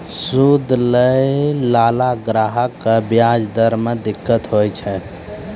सूद लैय लाला ग्राहक क व्याज दर म दिक्कत होय छै